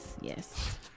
Yes